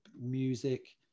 music